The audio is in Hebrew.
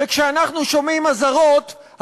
וכשאנחנו שומעים אזהרות,